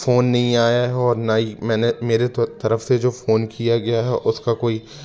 phone नहीं आया है और नहीं मैंने मेरे तो तरफ से जो फोन किया गया है उसका कोई